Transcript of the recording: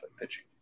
pitching